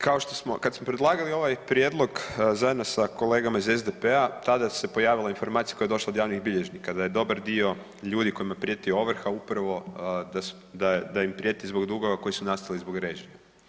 Kada smo predlagali ovaj prijedlog zajedno sa kolegama iz SDP-a tada se pojavila informacija koja je došla o javnih bilježnika da je dobar dio ljudi kojima prijeti ovrha upravo da im prijeti zbog dugova koji su nastali zbog režija.